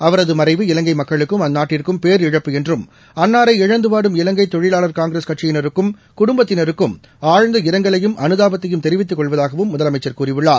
அவரது மறைவு இலங்கை மக்களுக்கும் அந்நாட்டிற்கும் பேரிழப்பு என்றும் அண்ணாரை இழந்து வாடும் இலங்கை தொழிலாளர் காங்கிரஸ் கட்சியினருக்கும் குடும்பத்தினருக்கும் ஆழ்ந்த இரங்கலையும் அனுதாபத்தையும் தெரிவித்துக் கொள்வதாகவும் முதலமைச்சர் கூறியுள்ளார்